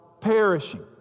perishing